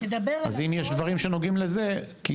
אם יש דברים שנוגעים לזה תתייחס גם לזה,